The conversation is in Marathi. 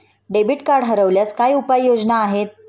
डेबिट कार्ड हरवल्यास काय उपाय योजना आहेत?